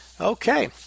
Okay